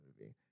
movie